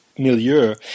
Milieu